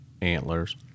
antlers